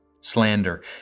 slander